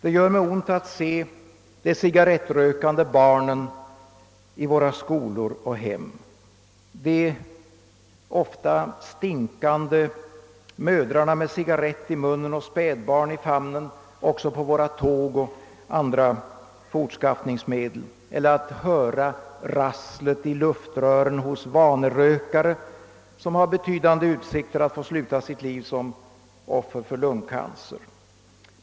Det gör mig ont att se de cigarrettrökande barnen i våra skolor och hem, de tobaksdoftande mödrarna med en cigarrett i munnen och spädbarnet i famnen också på våra tåg och andra fortskaffningsmedel, eller att höra rasslet i luftrören hos vanerökare, som har betydande utsikter att få sluta sitt liv som offer för lungcancer.